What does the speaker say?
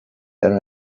there